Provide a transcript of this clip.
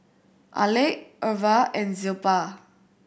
Alek Irva and Zilpah